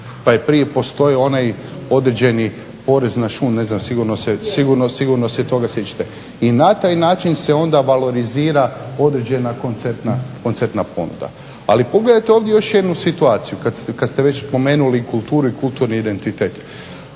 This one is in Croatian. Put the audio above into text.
pa je prije postojao onaj određeni porez na šund, sigurno se toga sjećate. I na taj način se onda valorizira određena koncertna ponuda. Ali pogledajte ovdje još jednu situaciju kad ste već spomenuli kulturu i kulturni identitet.